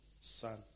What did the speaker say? Son